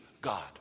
God